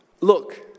Look